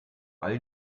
all